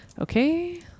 okay